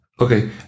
okay